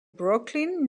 brooklyn